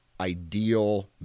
ideal